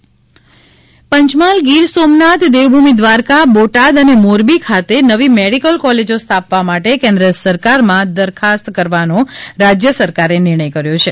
medical કોલેજો પંચમહાલ ગીરસોમનાથ દેવભૂમિ દ્વારકા બોટાદ અને મોરબી ખાતે નવી મેડીકલ કોલેજો સ્થાપવા માટે કેન્દ્ર સરકારમાં દરખાસ્ત કરવાનો રાજ્ય સરકારે નિર્ણય કર્યો છે